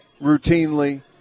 routinely